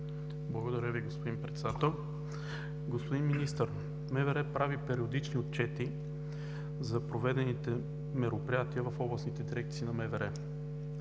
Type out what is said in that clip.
Благодаря Ви, господин Председател. Господин Министър, МВР прави периодични отчети за проведените мероприятия в областните дирекции на МВР,